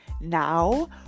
Now